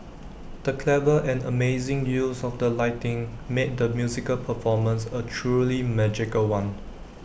the clever and amazing use of the lighting made the musical performance A truly magical one